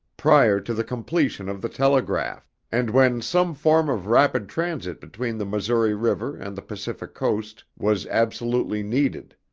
prior to the completion of the telegraph and when some form of rapid transit between the missouri river and the pacific coast was absolutely needed.